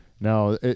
Now